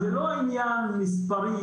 זה לא עניין מספרי,